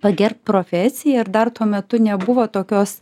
pagerbt profesiją ir dar tuo metu nebuvo tokios